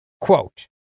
quote